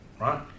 right